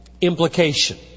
implication